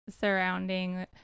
surrounding